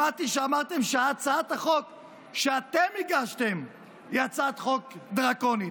שמעתי שאמרתם שהצעת החוק שאתם הגשתם היא הצעת חוק דרקונית.